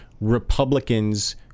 Republicans